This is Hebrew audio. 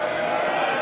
ותמר זנדברג, להלן: